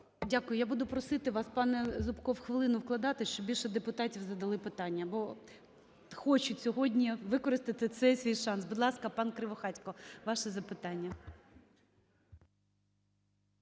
Дякую. Я буду просити вас, пане Зубко, в хвилину вкладатись, щоб більше депутатів задали питання, бо хочуть сьогодні використати цей свій шанс. Будь ласка, пан Кривохатько, ваше запитання.